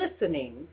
listening